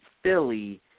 Philly